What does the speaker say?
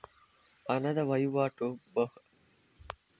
ಹಣದ ವಹಿವಾಟು ಒಳವಹಿವಾಟಿನಲ್ಲಿ ಮಾಡಿದ್ರೆ ಎಂತ ಲಾಭ ಉಂಟು?